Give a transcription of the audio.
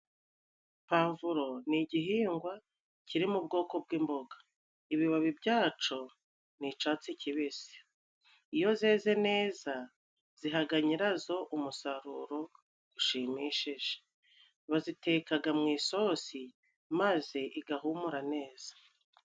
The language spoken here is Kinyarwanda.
Pavuro ni igihingwa kiri mu bwoko bw'imboga. Ibibabi byaco ni icatsi cibisi. Iyo zeze neza zihaga nyirazo umusaruro ushimishije. Bazitekaga mu isosi maze igahumura neza.